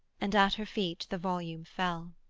and at her feet the volume fell.